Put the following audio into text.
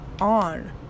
on